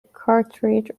cartridge